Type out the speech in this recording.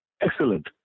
excellent